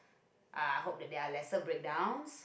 uh I hope that there're lesser breakdowns